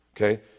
okay